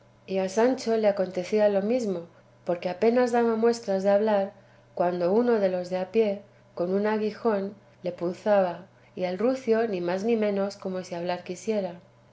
y a sancho le acontecía lo mismo porque apenas daba muestras de hablar cuando uno de los de a pie con un aguijón le punzaba y al rucio ni más ni menos como si hablar quisiera